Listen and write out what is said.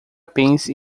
pense